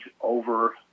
over